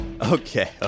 okay